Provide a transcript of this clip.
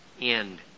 end